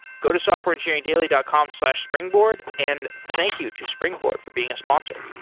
go to softwareengineeringdaily dot com slash springboard, and thank you to springboard for being a sponsor.